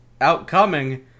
outcoming